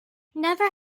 never